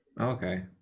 Okay